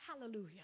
hallelujah